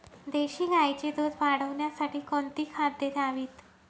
देशी गाईचे दूध वाढवण्यासाठी कोणती खाद्ये द्यावीत?